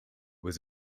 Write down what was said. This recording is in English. was